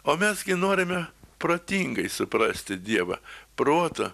o mes gi norime protingai suprasti dievą protu